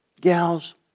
gals